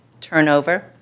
turnover